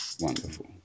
wonderful